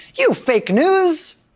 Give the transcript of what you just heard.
you fake news.